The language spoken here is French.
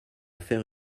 faire